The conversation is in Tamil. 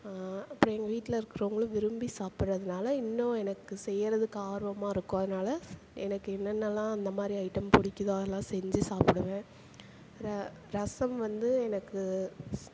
அப்புறோம் எங்கள் வீட்டில் இருக்கிறவங்களும் விரும்பி சாப்பிறதுனால இன்னும் எனக்கு செய்யறதுக்கு ஆர்வமாக இருக்கும் அதனால் எனக்கு என்னென்னல்லாம் அந்த மாதிரி ஐட்டம் பிடிக்குதோ அதெல்லாம் செஞ்சு சாப்பிடுவேன் ர ரசம் வந்து எனக்கு